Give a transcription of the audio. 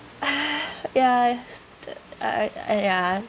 ya the I uh ya